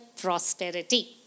prosperity